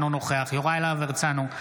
אינו נוכח יוראי להב הרצנו,